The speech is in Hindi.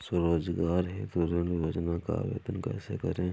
स्वरोजगार हेतु ऋण योजना का आवेदन कैसे करें?